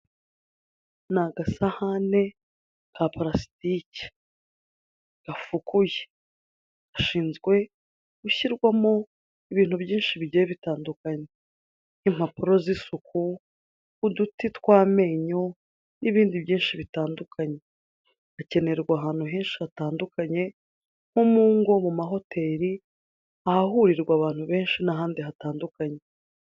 Ni agasahane ka parasitiki gafukuye, gashinzwe gushyirwamo ibintu byinshi bigiye bitandukanye. Impapuro z'isuku, uduti tw'amenyo n'ibindi byinshi bitandukanye. Gakenerwa ahantu henshi hatandukanye nko mu ngo, mu mahoteri, ahahurirwa abantu benshi n'ahandi hatandukanye.